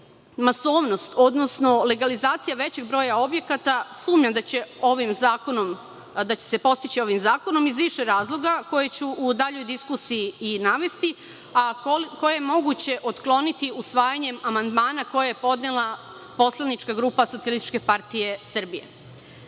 masovnost, odnosno legalizacija većeg broja objekata, sumnjam da će se postići ovim zakonom iz više razloga, koje ću u daljoj diskusiji navesti, a koje je moguće otkloniti usvajanjem amandmana koje je podnela poslanička grupa SPS.Legalizacija je